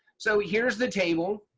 so here's the table.